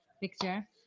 picture